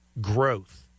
growth